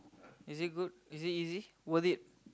is it good is it easy worth it